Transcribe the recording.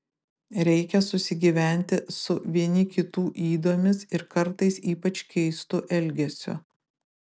reikia susigyventi su vieni kitų ydomis ir kartais ypač keistu elgesiu